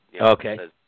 Okay